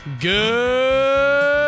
Good